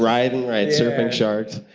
riding right, surfing sharks.